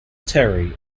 terry